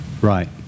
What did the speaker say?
right